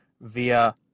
via